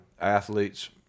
athletes